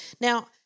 Now